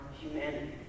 humanity